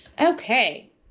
Okay